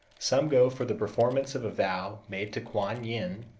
some go for the performance of a vow made to kuan yin,